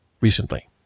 recently